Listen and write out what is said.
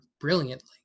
brilliantly